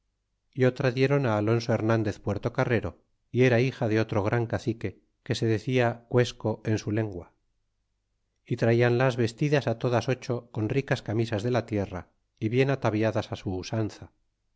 y otra dieron á alonso hernandez puertocarrero y era hija de otro gran cacique que se de cia cuesco en su lengua y traianlas vestidas todas ocho con ricas camisas de la tierra y bien ataviadas á su usanza